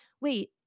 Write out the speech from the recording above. wait